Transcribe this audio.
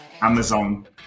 Amazon